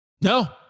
No